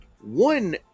One